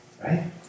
Right